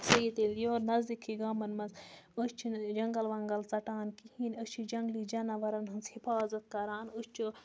تیٚلہِ یور نزدیٖکٕے گامَن منٛز أسۍ چھِنہٕ جنٛگَل وَنٛگَل ژَٹان کِہیٖنۍ أسۍ چھِ جنٛگلی جاناوارَن ہٕنٛز حِفاظت کَران أسۍ چھِ